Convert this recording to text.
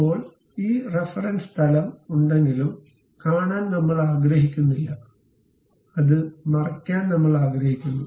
ഇപ്പോൾ ഈ റഫറൻസ് തലം ഉണ്ടെങ്കിലും കാണാൻ നമ്മൾ ആഗ്രഹിക്കുന്നില്ല അത് മറയ്ക്കാൻ നമ്മൾ ആഗ്രഹിക്കുന്നു